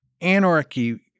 anarchy